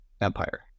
empire